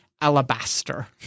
alabaster